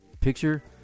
picture